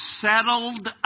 settled